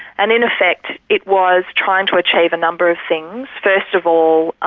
and in effect it was trying to achieve a number of things. first of all,